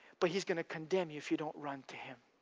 but he's going to condemn you if you don't run to him,